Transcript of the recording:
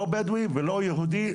לא בדואי ולא יהודי,